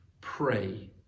Pray